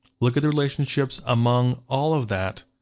look at relationships among all of that,